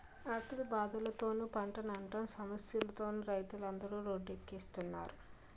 ఆకలి బాధలతోనూ, పంటనట్టం సమస్యలతోనూ రైతులందరు రోడ్డెక్కుస్తున్నారు